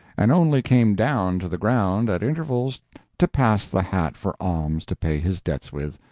and only came down to the ground at intervals to pass the hat for alms to pay his debts with,